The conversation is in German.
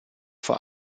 vor